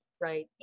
right